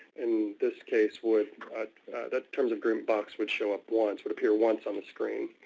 in this case would that terms of agreement box would show up once. would appear once on the screen